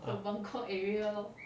ah